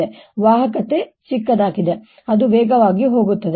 ಆದ್ದರಿಂದ ವಾಹಕತೆ ಚಿಕ್ಕದಾಗಿದೆ ಅದು ವೇಗವಾಗಿ ಹೋಗುತ್ತದೆ